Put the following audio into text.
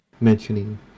mentioning